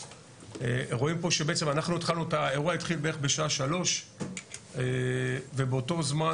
רואים שבעצם האירוע התחיל בערך בשעה 15:00 ובאותו זמן,